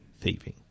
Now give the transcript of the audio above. thieving